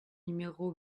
numéro